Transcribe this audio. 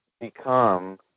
become